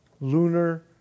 lunar